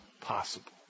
possible